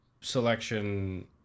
selection